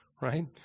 right